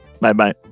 Bye-bye